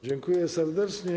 Dziękuję serdecznie.